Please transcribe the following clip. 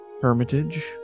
hermitage